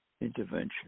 intervention